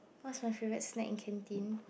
what's my favourite snack in canteen